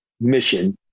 mission